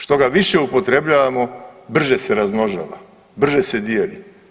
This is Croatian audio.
Što ga više upotrebljavamo brže se razmnožava, brže se dijeli.